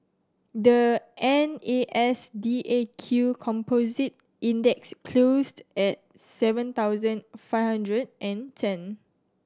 the N A S D A Q Composite Index closed at seven thousand five hundred and ten